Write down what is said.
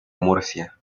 murcia